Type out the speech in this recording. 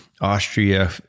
Austria